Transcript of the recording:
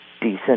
decent